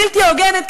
בלתי הוגנת,